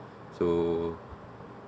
so